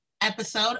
episode